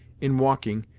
in walking,